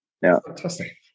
fantastic